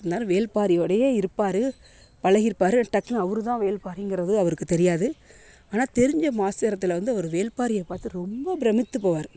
இருந்தாலும் வேள்பாரியோடவே இருப்பார் பழகிருப்பார் டக்குனு அவர் தான் வேள்பாரிங்கிறது அவருக்கு தெரியாது ஆனால் தெரிஞ்சமாத்திரத்துல வந்து அவர் வேள்பாரியை பார்த்து ரொம்ப பிரம்மித்து போவார்